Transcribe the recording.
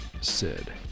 Sid